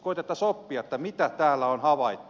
koetettaisiin oppia mitä täällä on havaittu